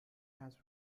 has